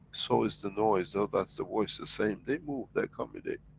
so is the noise, now that's the voice the same, they move, they accommodate.